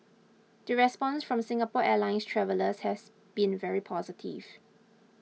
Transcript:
the response from Singapore Airlines travellers has been very positive